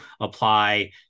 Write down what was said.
apply